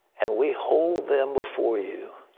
and we hold them before you.